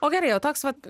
o gerai o toks vat